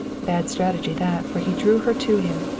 bad strategy that, for he drew her to him.